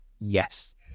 Yes